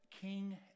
King